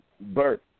Bert